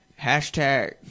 Hashtag